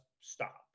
stop